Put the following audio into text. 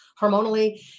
hormonally